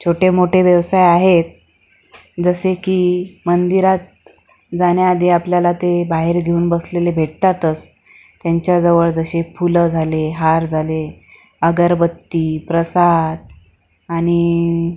छोटे मोठे व्यवसाय आहेत जसे की मंदिरात जाण्याआधी आपल्याला ते बाहेर घेऊन बसलेले भेटतातच त्यांच्याजवळ जसे फुलं झाले हार झाले अगरबत्ती प्रसाद आणि